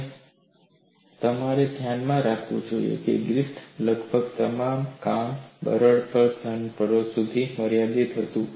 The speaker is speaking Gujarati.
અને તમારે ધ્યાનમાં રાખવું જોઈએ કે ગ્રિફિથનું લગભગ તમામ કામ બરડ ઘન પદાર્થો સુધી મર્યાદિત હતું